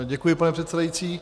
Děkuji, pane předsedající.